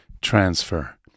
transfer